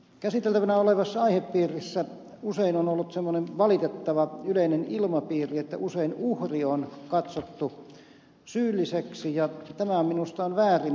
käsiteltävänä olevassa aihepiirissä usein on ollut semmoinen valitettava yleinen ilmapiiri että usein uhri on katsottu syylliseksi ja tämä minusta on väärin